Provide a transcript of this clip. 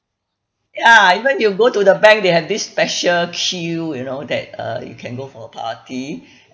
ya even you go to the bank they have this special queue you know that uh you can go for party